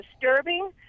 disturbing